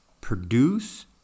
produce